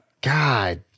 God